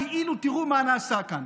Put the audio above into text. כאילו תראו מה נעשה כאן.